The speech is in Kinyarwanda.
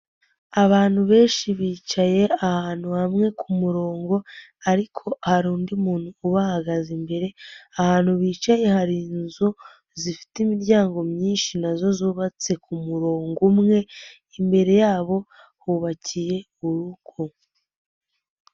Abantu benshi bicaye ahantu hamwe ku murongo ariko hari undi muntu ubahagaze imbere, ahantu bicaye hari inzu zifite imiryango myinshi nazo zubatse ku murongo umwe, imbere yabo hubakiye urugo.